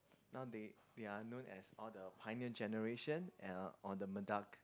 now they they are known as all the Pioneer Generation and uh or the merda~